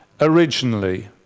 originally